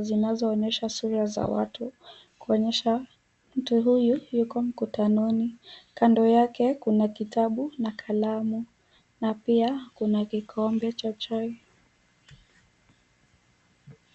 zinazoonyesha sura za watu, kuonyesha mtu huyu yuko mkutanoni. Kando yake, kuna kitabu na kalamu na pia kuna kikombe cha chai.